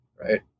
right